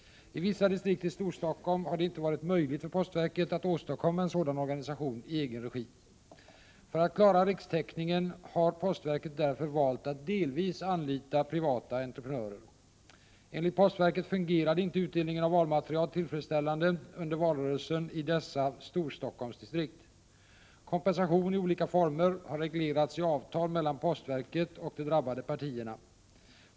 1988/89:6 Storstockholm har det inte varit möjligt för postverket att åstadkomma en — 6 oktober 1988 sådan organisation i egen regi. För att klara rikstäckningen har postverket därför valt att delvis anlita privata entreprenörer. Enligt postverket fungerade inte utdelningen av valmaterial tillfredsställande under valrörelsen i dessa Storstockholmsdistrikt. Kompensation i olika former har reglerats i avtal mellan postverket och de drabbade partierna.